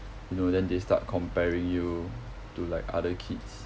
you know then they start comparing you to like other kids